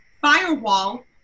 Firewall